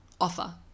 offer